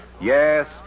Yes